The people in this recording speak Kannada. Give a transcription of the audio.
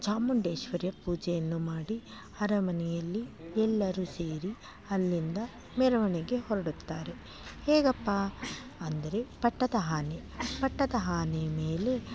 ಚಾಮುಂಡೇಶ್ವರಿಯ ಪೂಜೆಯನ್ನು ಮಾಡಿ ಅರಮನೆಯಲ್ಲಿ ಎಲ್ಲರು ಸೇರಿ ಅಲ್ಲಿಂದ ಮೆರವಣಿಗೆ ಹೊರಡುತ್ತಾರೆ ಹೇಗಪ್ಪಾ ಅಂದರೆ ಪಟ್ಟದ ಆನೆ ಪಟ್ಟದ ಆನೆ ಮೇಲೆ